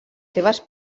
seves